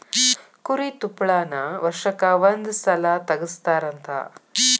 ಕುರಿ ತುಪ್ಪಳಾನ ವರ್ಷಕ್ಕ ಒಂದ ಸಲಾ ತಗಸತಾರಂತ